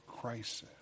crisis